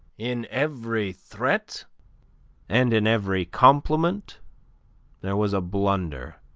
in every threat and in every compliment there was a blunder